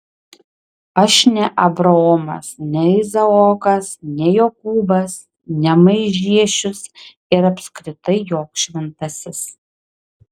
aš ne abraomas ne izaokas ne jokūbas ne maižiešius ir apskritai joks šventasis